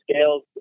scales